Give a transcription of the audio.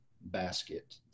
basket